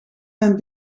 mijn